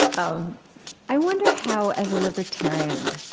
um i wonder how, as a libertarian,